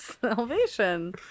Salvation